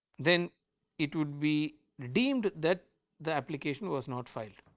then it would be deemed that the application was not filed.